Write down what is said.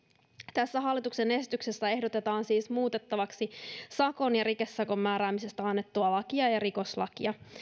tässä hallituksen esityksessä ehdotetaan siis muutettavaksi sakon ja rikesakon määräämisestä annettua lakia ja rikoslakia